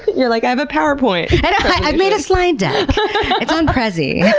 you're like, i have a powerpoint. i made a slide deck. it's on prezi. yeah